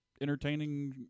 entertaining